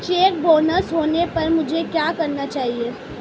Check bounce होने पर मुझे क्या करना चाहिए?